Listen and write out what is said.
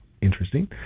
interesting